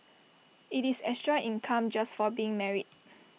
IT is extra income just for being married